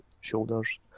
shoulders